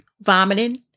vomiting